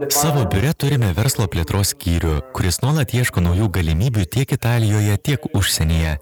savo biure turime verslo plėtros skyrių kuris nuolat ieško naujų galimybių tiek italijoje tiek užsienyje